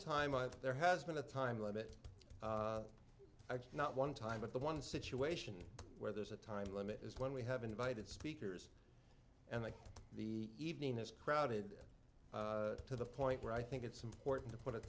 time i think there has been a time limit i just not one time but the one situation where there's a time limit is when we have invited speakers and the evening is crowded to the point where i think it's important to put a